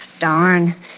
darn